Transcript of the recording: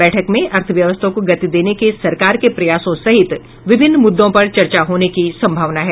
बैठक में अर्थव्यवस्था को गति देने के सरकार के प्रयासों सहित विभिन्न मुद्दों पर चर्चा होने की संभावना है